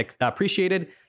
appreciated